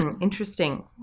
Interesting